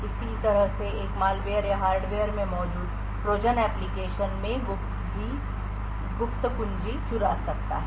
इसी तरह से एक मालवेयर या हार्डवेयर में मौजूद ट्रोजन एप्लिकेशन में गुप्त कुंजी चुरा सकता है